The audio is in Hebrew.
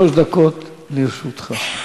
שלוש דקות לרשותך.